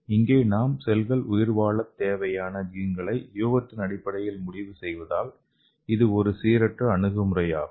இங்கே நாம் செல்கள் உயிர் வாழத் தேவையான ஜீன்களை யூகத்தின் அடிப்படையில் முடிவு செய்வதால் இது ஒரு சீரற்ற அணுகுமுறையாகும்